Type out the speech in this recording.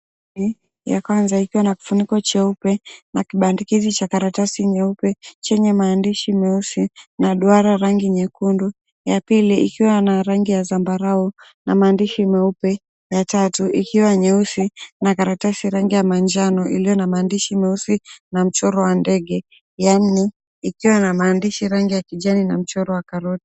Ya kwanza ikiwa na kifuniko cheupe na kibandikizi cha karatasi nyuepe chenye maandishi meusi na duara rangi nyekundu, ya pili ikiwa na rangi ya zambarau na maandishi meupe, ya tatu ikiwa nyeusi na karatasi ya rangi ya manjano iliyo na maandishi meusi na mchoro wa ndege, ya nne iiwa na maandishi ya rangi ya kijani na mchoro wa karoti.